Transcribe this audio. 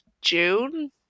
june